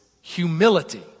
humility